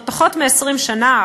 בעוד פחות מ-20 שנה,